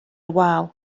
wal